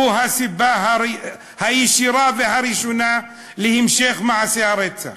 הם הסיבה הישירה והראשונה להמשך מעשי הרצח.